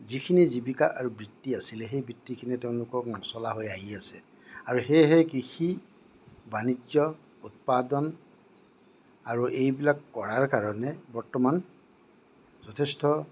যিখিনি জীৱিকা আৰু বৃত্তি আছিলে সেই বৃত্তিখিনিৰে তেওঁলোকক নচলা হৈ আহি আছে আৰু সেয়েহে কৃষি বাণিজ্য় উৎপাদন আৰু এইবিলাক কৰাৰ কাৰণে বৰ্তমান যথেষ্ট